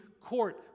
Court